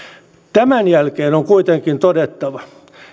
tämän jälkeen on kuitenkin todettava